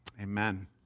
amen